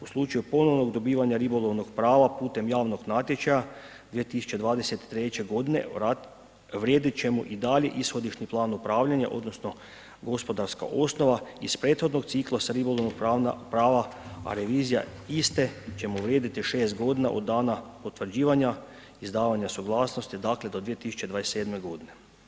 U slučaju ponovnog dobivanja ribolovnog prava putem javnog natječaja 2023. godine vrijediti će mu i dalje ishodišni plan upravljanja, odnosno gospodarska osnova iz prethodnog ciklusa ribolovnog prava a revizija iste će mu vrijediti 6 godina od dana potvrđivanja, izdavanja suglasnosti, dakle do 2027. godine.